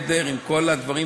אלקטרונית,